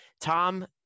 Tom